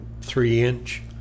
three-inch